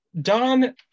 Don